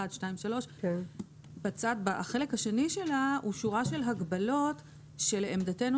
החלק השני שלה הוא שורה של הגבלות שלעמדתנו